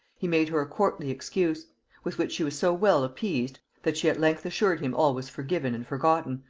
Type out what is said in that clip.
he made her a courtly excuse with which she was so well appeased, that she at length assured him all was forgiven and forgotten,